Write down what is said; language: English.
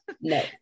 no